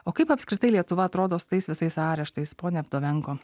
o kaip apskritai lietuva atrodo su tais visais areštais ponia vdovenko